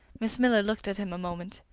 miss miller looked at him a moment,